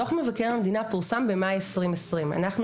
דוח מבקר המדינה פורסם במאי 2020. אנחנו